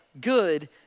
good